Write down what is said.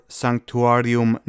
sanctuarium